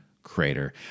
Crater